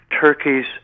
turkey's